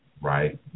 right